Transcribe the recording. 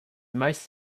most